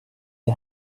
you